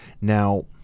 Now